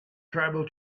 tribal